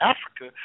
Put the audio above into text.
Africa